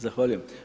Zahvaljujem.